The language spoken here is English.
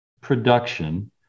production